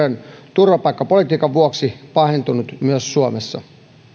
turvapaikkapolitiikan vuoksi pahentunut myös suomessa